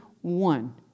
one